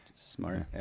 Smart